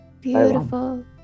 beautiful